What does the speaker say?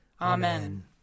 Amen